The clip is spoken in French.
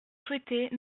souhaiter